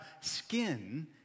skin